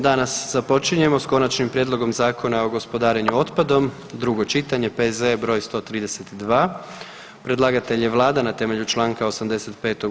Danas započinjemo s: - Konačnim prijedlogom Zakona o gospodarenju otpadom, drugo čitanje, P.Z.E. br. 132 Predlagatelj je Vlada na temelju čl. 85.